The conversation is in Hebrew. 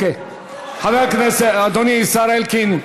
חבר הכנסת, אדוני השר אלקין,